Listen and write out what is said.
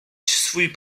swój